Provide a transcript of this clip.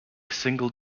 single